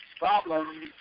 Problem